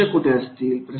प्रेक्षक कुठे असतील